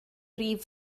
rif